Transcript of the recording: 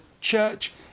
church